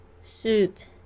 Suit